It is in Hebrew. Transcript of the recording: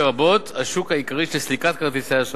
לרבות השוק העיקרי של סליקת כרטיסי האשראי.